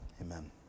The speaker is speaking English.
amen